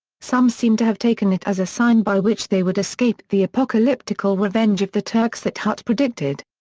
some seem to have taken it as a sign by which they would escape the apocalyptical revenge of the turks that hut predicted.